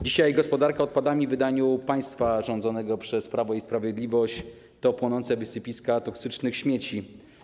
Dzisiaj gospodarka odpadami w wydaniu państwa rządzonego przez Prawo i Sprawiedliwość to płonące wysypiska toksycznych śmieci.